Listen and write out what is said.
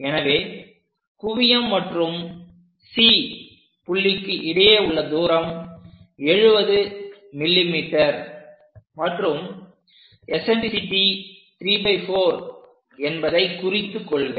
எனவே குவியம் மற்றும் C புள்ளிக்கு இடையே உள்ள தூரம் 70 mm மற்றும் எசன்ட்ரிசிட்டி 34 என்பதை குறித்துக் கொள்க